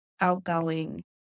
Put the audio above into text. outgoing